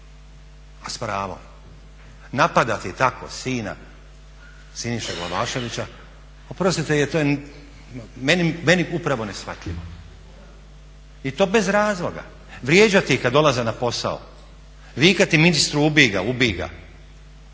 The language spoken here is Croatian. a s pravom. Napadati tako sina Siniše Glavaševića oprostite to je meni upravo neshvatljivo i to bez razloga. Vrijeđati ih kada dolaze na posao, vikati ministru ubij ga, ubij